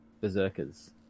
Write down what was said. Berserkers